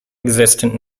existent